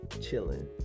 chilling